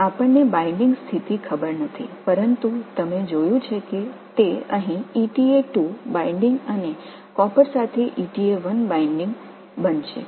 பிணைக்கும் முறை எங்களுக்குத் தெரியாது ஆனால் நீங்கள் பார்த்தபடி இது இங்கே eta2 பிணைப்பு மற்றும் காப்பருடன் eta1 பிணைப்பு